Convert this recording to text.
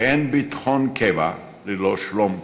כי אין ביטחון קבע ללא שלום קבע,